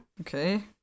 Okay